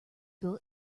built